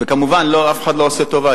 כמובן שאף אחד לא עושה טובה.